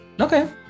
okay